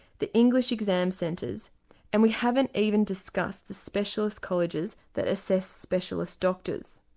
the english exam centres and we haven't even discuss the specialist colleges that assess specialist doctors.